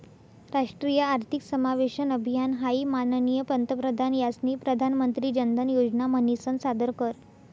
राष्ट्रीय आर्थिक समावेशन अभियान हाई माननीय पंतप्रधान यास्नी प्रधानमंत्री जनधन योजना म्हनीसन सादर कर